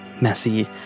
messy